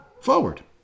forward